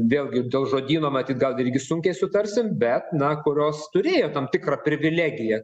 vėlgi dėl žodyno matyt gal irgi sunkiai sutarsim bet na kurios turėjo tam tikrą privilegiją